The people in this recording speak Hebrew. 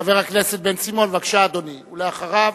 חבר הכנסת בן-סימון, בבקשה, אדוני, ואחריו,